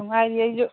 ꯅꯨꯡꯉꯥꯏꯔꯤ ꯑꯩꯁꯨ